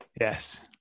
Yes